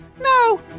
No